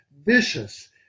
vicious